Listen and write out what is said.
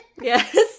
Yes